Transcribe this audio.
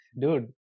dude